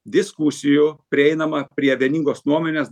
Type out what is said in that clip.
diskusijų prieinama prie vieningos nuomonės